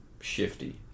shifty